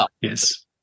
Yes